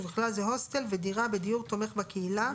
ובכלל זה הוסטל ודירה בדיור תומך בקהילה